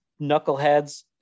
knuckleheads